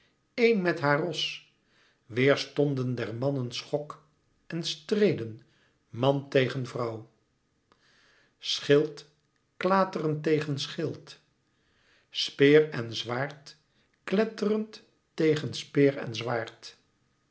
éen met haar ros weêrstonden der mannen schok en streden man tegen vrouw schild klaterend tegen schild speer en zwaard kletterend tegen speer en zwaard